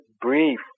brief